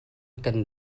kan